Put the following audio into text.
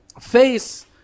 face